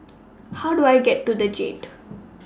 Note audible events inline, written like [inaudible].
[noise] How Do I get to The Jade [noise]